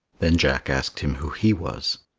then jack asked him who he was.